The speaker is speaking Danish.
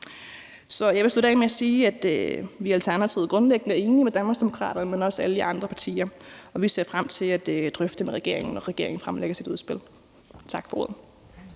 Jeg vil slutte af med at sige, at vi i Alternativet grundlæggende er enige med Danmarksdemokraterne, men også med alle de andre partier, og vi ser frem til at drøfte det med regeringen, når regeringen fremlægger sit udspil. Tak for ordet.